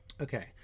Okay